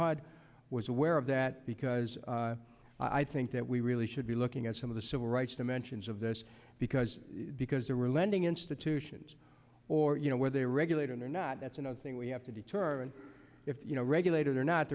hard was aware of that because i think that we really should be looking at some of the civil rights dimensions of this because because there were lending institutions or you know where they regulate or not that's another thing we have to determine if you know regulated or not